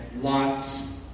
lots